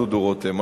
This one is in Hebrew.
דודו רותם,